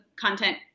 content